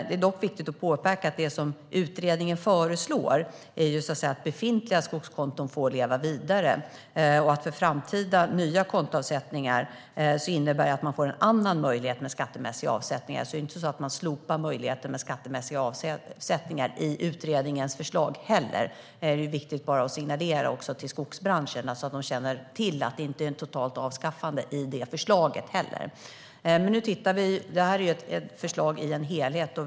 Det är dock viktigt att påpeka att det som utredningen föreslår är att befintliga skogskonton får leva vidare och att man för nya kontoavsättningar får en annan möjlighet till skattemässiga avsättningar. Det är alltså inte så att man slopar möjligheten till skattemässiga avsättningar enligt utredningens förslag heller. Det är viktigt att signalera detta till skogsbranschen, så att de känner till att det inte är fråga om ett totalt avskaffande enligt det förslaget heller. Nu tittar vi på detta. Det här förslaget är en del av en helhet.